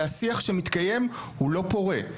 והשיח שמתקיים הוא לא פורה.